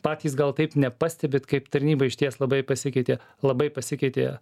patys gal taip nepastebit kaip tarnyba išties labai pasikeitė labai pasikeitė